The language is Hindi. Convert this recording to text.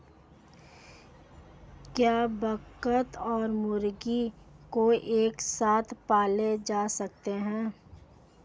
क्या बत्तख और मुर्गी को एक साथ पाला जा सकता है?